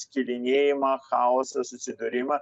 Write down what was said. skilinėjimą chaosą susidūrimą